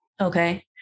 Okay